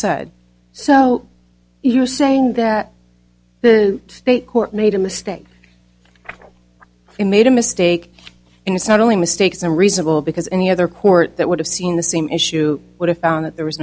said so you're saying that the court made a mistake you made a mistake and it's not only mistakes and reasonable because any other court that would have seen the same issue would have found that there was